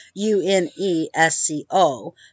UNESCO